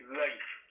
life